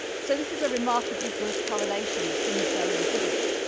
so this is a remarkably good correlation as things go in physics.